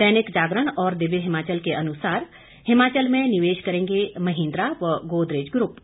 दैनिक जागरण और दिव्य हिमाचल के अनुसार हिमाचल में निवेश करेंगे महिंद्रा व गोदरेज ग्रुप